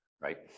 right